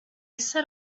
set